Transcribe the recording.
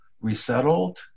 resettled